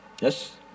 yes